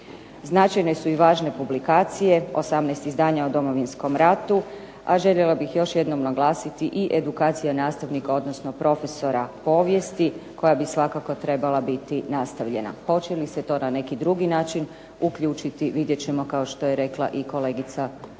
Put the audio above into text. Značajne su i važne publikacije 18 izdanja o Domovinskom ratu, a željela bih još jednom naglasiti i edukacije nastavnika, odnosno profesora povijesti koja bi svakako trebala biti nastavljena. Hoće li se to na neki drugi način uključiti vidjet ćemo kao što je rekla i kolegica Lugarić